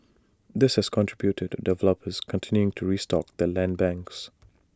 this has contributed to developers continuing to restock their land banks